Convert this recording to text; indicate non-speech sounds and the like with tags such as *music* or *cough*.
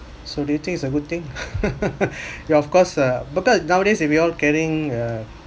so do you think it's a good thing *laughs* ya of course uh because nowadays if we all carrying uh